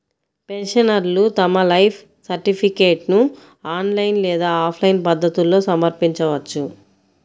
పెన్షనర్లు తమ లైఫ్ సర్టిఫికేట్ను ఆన్లైన్ లేదా ఆఫ్లైన్ పద్ధతుల్లో సమర్పించవచ్చు